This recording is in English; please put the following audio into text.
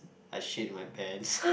I shit in my pants